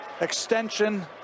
extension